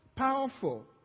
Powerful